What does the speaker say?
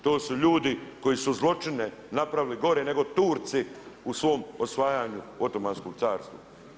To su ljudi koji su zločine napravili gore nego Turci u svom osvajanju Otomanskog carstva.